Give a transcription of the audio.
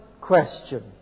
question